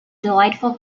delightful